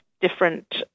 different